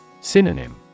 Synonym